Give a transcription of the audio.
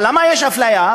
אבל למה יש אפליה?